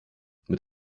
mit